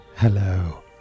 Hello